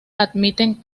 admiten